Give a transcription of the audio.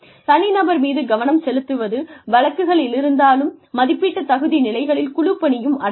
தனிநபர் மீது கவனம் செலுத்துவது வழக்கத்திலிருந்தாலும் மதிப்பீட்டுத் தகுதி நிலைகளில் குழுப்பணியும் அடங்கும்